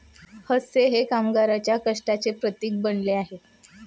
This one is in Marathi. हास्य हे कामगारांच्या कष्टाचे प्रतीक बनले आहे